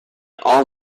all